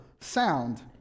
sound